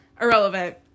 irrelevant